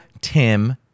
Tim